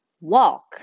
walk